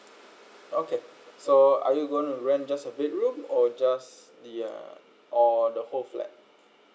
okay so are you gonna rent just a bed room or just the uh or the whole flat